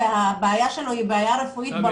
כשהבעיה היא בעיה רפואית,